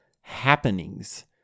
happenings